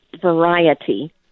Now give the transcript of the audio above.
variety